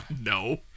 No